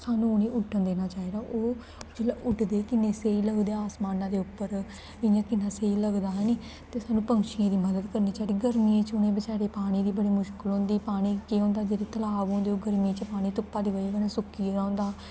सानूं उ'नें गी उड्डन देना चाहिदा ओह् जिल्लै उड्डदे कि'न्ने सेही लगदे आसमाना दे उप्पर इ'यां कि'न्ना सेही लगदा हैन्नी ते सानूं पैंछियें दी मदद करनी चाहिदी गर्मियें च उ'नें गी बचैरें गी बड़ी मुश्कल होंदी पानी केह् होंदा जेह्ड़े तलाब होंदे गर्मी च धुप्पा दी बजह् कन्नै सुक्की गेदा होंदा